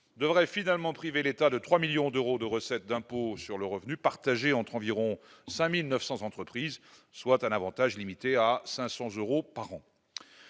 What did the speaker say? devrait finalement privé l'État de 3 millions d'euros de recettes d'impôt sur le revenu, partagé entre environ 5900 entreprises soit un Avantage limité à 500 euros par an,